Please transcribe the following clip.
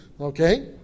okay